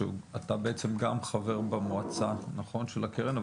אתה בעצם גם חבר במועצה של הקרן,